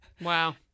Wow